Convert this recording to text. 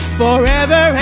forever